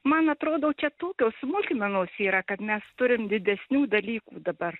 man atrodo čia tokios smulkmenos yra kad mes turim didesnių dalykų dabar